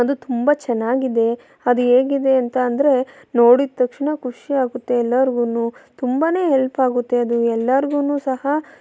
ಅದು ತುಂಬ ಚೆನ್ನಾಗಿದೆ ಅದು ಹೇಗಿದೆ ಅಂತ ಅಂದರೆ ನೋಡಿದ ತಕ್ಷಣ ಖುಷಿ ಆಗುತ್ತೆ ಎಲ್ಲರ್ಗೂನು ತುಂಬನೆ ಹೆಲ್ಪ್ ಆಗುತ್ತೆ ಅದು ಎಲ್ಲರ್ಗೂನು ಸಹ